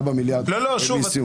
לארבעה מיליארד גם על מיסים.